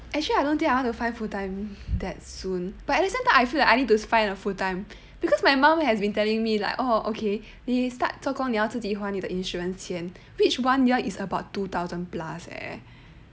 actually I don't think I want to find full time that soon but at the same time I feel like I need to find a full time because my mum has been telling me like oh okay 你 start 做工你要自己还你的 insurance 钱 which one year is about two thousand plus eh